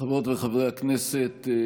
חברות וחברי הכנסת,